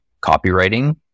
copywriting